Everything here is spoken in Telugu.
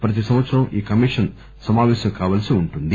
ప్రతి సంవత్సరం ఈ కమిషన్ సమాపేశం కావలసి వుంటుంది